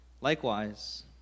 Likewise